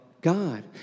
God